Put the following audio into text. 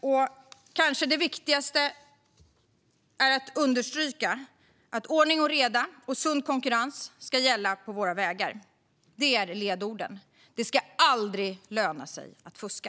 Det kanske viktigaste är att understryka att ordning och reda och sund konkurrens ska gälla på våra vägar. Detta är ledorden. Det ska aldrig löna sig att fuska.